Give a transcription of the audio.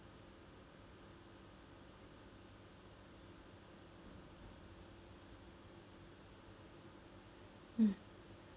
mm